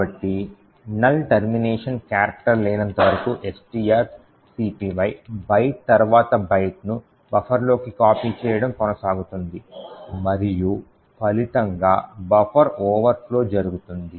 కాబట్టి null termination character లేనంత వరకు strcpy బైట్ తర్వాత బైట్ను బఫర్లోకి కాపీ చేయడం కొనసాగుతుంది మరియు ఫలితంగా బఫర్ ఓవర్ఫ్లో జరుగుతోంది